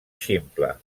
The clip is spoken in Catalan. ximple